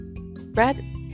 red